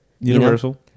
Universal